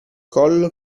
collo